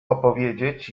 opowiedzieć